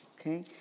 Okay